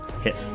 Hit